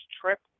trip